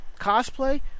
cosplay